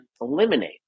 eliminate